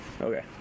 Okay